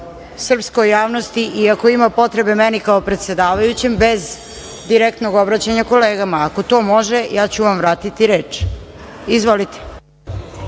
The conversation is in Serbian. srpskoj javnosti i ako ima potrebe meni kao predsedavajućem, bez direktnom obraćanja kolegama? Ako to može, ja ću vam vratiti reč. Izvolite.